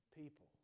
people